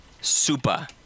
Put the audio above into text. super